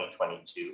2022